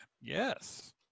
yes